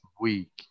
week